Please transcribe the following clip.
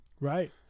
Right